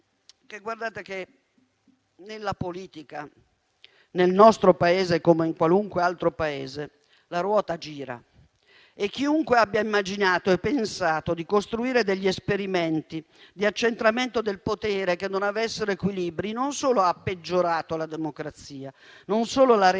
Guardate che nella politica, nel nostro Paese come in qualunque altro Paese, la ruota gira e chiunque abbia immaginato e pensato di costruire degli esperimenti di accentramento del potere che non avessero equilibri, non solo ha peggiorato la democrazia, non solo l'ha resa più fragile,